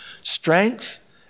strength